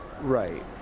Right